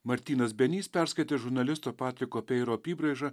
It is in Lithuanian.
martynas benys perskaitė žurnalisto patriko peiro apybraižą